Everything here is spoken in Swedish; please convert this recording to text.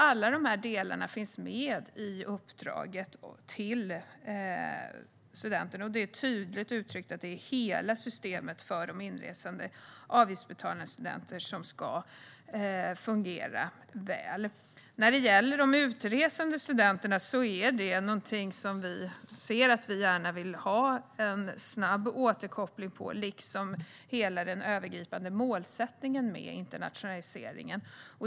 Alla dessa delar finns med i uppdraget, och det är tydligt uttryckt att det är hela systemet för de inresande avgiftsbetalande studenterna som ska fungera väl. När det gäller utresande studenter vill vi ha en snabb återkoppling. Detsamma gäller hela den övergripande målsättningen med internationaliseringen.